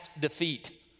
defeat